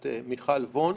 את מיכל וונש.